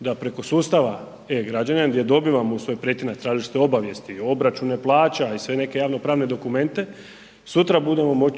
da preko sustava E-građanin gdje dobivamo u svoj pretinac tražiti obavijesti, obračune plaća i sve neke javnopravne dokumente, sutra budemo